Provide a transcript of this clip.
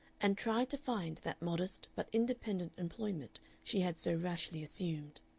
and tried to find that modest but independent employment she had so rashly assumed.